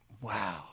Wow